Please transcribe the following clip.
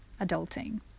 adulting